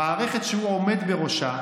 המערכת שהוא עומד בראשה,